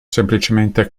semplicemente